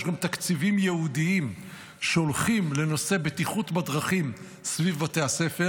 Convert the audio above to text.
יש גם תקציבים ייעודיים שהולכים לנושא בטיחות בדרכים סביב בתי הספר.